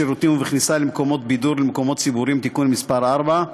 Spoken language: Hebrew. בשירותים ובכניסה למקומות בידור ולמקומות ציבוריים (תיקון מס׳ 4)